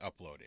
uploaded